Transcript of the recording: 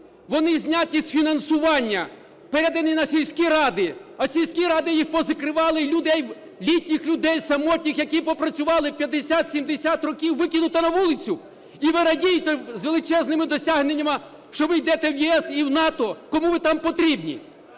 вони зняті з фінансування, передані на сільські ради, а сільські ради їх позакривали і людей, літніх людей самотніх, які пропрацювали 50-70 років, викинуто на вулицю? І ви радієте, з величезними досягненнями що ви йдете в ЄС і в НАТО? Кому ви там потрібні?